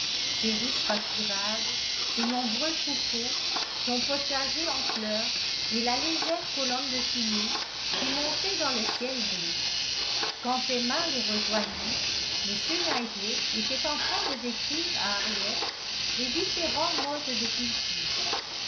ses riches pâturages ses nombreux troupeaux son potager en fleur et la légère colonne de fumée qui montait dans le ciel bleu quand emma les rejoignit m knightley était en train de décrire à henriette les différents modes de culture